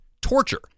torture